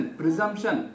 presumption